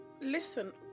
Listen